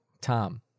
Tom